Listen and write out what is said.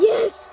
Yes